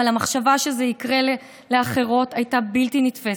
אבל המחשבה שזה יקרה לאחרות הייתה בלתי נתפסת,